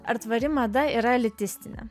ar tvari mada yra elitistinė